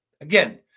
again